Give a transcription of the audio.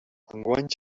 enguany